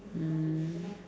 mm